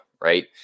right